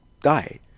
die